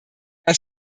herr